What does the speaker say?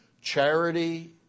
Charity